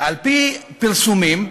על-פי פרסומים,